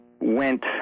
went